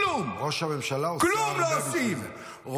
כלום, כלום לא עושים, שום דבר.